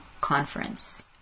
conference